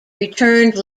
returned